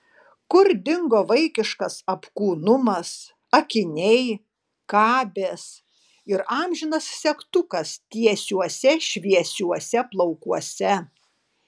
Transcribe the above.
kur dingo vaikiškas apkūnumas akiniai kabės ir amžinas segtukas tiesiuose šviesiuose plaukuose